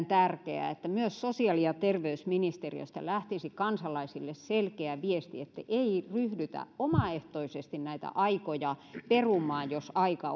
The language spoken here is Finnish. tärkeää että sosiaali ja terveysministeriöstä lähtisi kansalaisille selkeä viesti että ei ryhdytä omaehtoisesti näitä aikoja perumaan jos aika